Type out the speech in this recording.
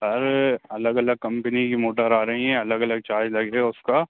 हर अलग अलग कम्पनी की मोटर आ रही हैं अलग अलग चार्ज लग रहे हैं उसका